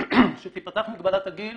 שתיפתח מגבלת הגיל